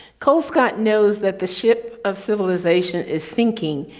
colescott knows that the ship of civilization is sinking,